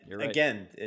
again